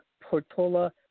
PORTOLA